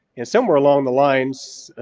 and somewhere along the lines,